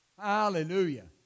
Hallelujah